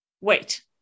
wait